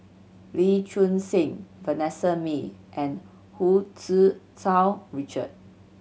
Lee Choon Seng Vanessa Mae and Hu Tsu Tau Richard